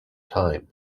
time